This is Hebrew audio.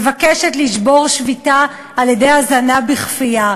מבקשת לשבור שביתה על-ידי הזנה בכפייה.